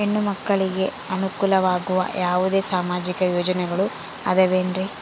ಹೆಣ್ಣು ಮಕ್ಕಳಿಗೆ ಅನುಕೂಲವಾಗುವ ಯಾವುದೇ ಸಾಮಾಜಿಕ ಯೋಜನೆಗಳು ಅದವೇನ್ರಿ?